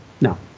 no